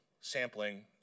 sampling